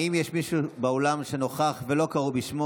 האם יש מישהו באולם שנכח ולא קראו בשמו